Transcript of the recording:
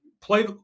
play